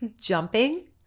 jumping